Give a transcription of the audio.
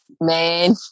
man